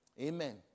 Amen